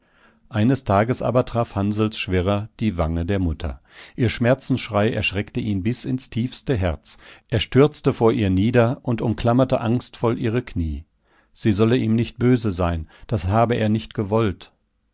eines tages aber traf hansls schwirrer die wange der mutter ihr schmerzensschrei erschreckte ihn bis ins tiefste herz er stürzte vor ihr nieder und umklammerte angstvoll ihre knie sie solle ihm nicht böse sein das habe er nicht gewollt